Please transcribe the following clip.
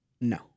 No